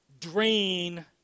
drain